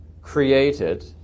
created